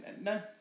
No